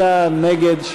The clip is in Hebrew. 59 בעד, 61 נגד.